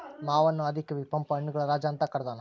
ಮಾವನ್ನು ಆದಿ ಕವಿ ಪಂಪ ಹಣ್ಣುಗಳ ರಾಜ ಅಂತ ಕರದಾನ